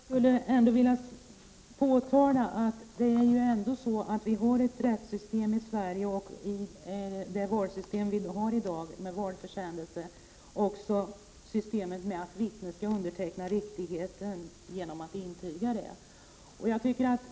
Herr talman! Jag vill ändå påpeka att vi i Sverige i dag har ett rättssystem med ett valsystem med regler om valförsändelser och om att ett vittne skall underteckna riktigheten genom att intyga detta.